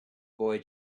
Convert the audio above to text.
boy